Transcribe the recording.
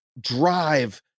drive